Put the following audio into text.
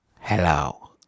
Hello